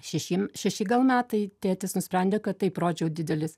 šeši šeši gal metai tėtis nusprendė kad taip rodžiau didelis